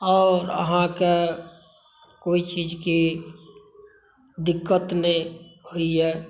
आओर अहाँकेँ कोइ चीजके दिक्कत नहि होइए